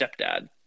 stepdad